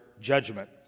judgment